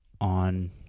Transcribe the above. on